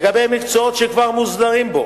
לגבי מקצועות שכבר מוסדרים בו,